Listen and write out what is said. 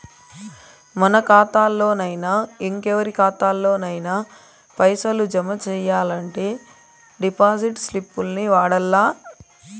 మన కాతాల్లోనయినా, ఇంకెవరి కాతాల్లోనయినా పైసలు జమ సెయ్యాలంటే డిపాజిట్ స్లిప్పుల్ని వాడల్ల